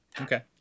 okay